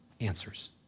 answers